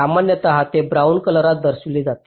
सामान्यत ते ब्राउन कलरात दर्शविले जाते